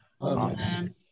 Amen